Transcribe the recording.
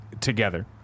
together